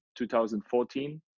2014